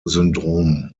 syndrom